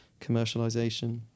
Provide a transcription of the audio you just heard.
commercialisation